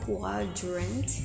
Quadrant